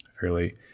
fairly